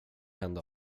hända